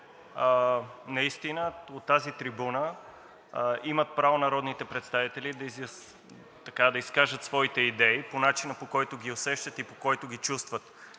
наистина от тази трибуна имат право народните представители да изкажат своите идеи по начина, по който ги усещат и по който ги чувстват.